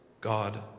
God